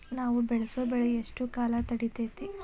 ನಾವು ಬೆಳಸೋ ಬೆಳಿ ಎಷ್ಟು ಕಾಲ ತಡೇತೇತಿ?